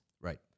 Right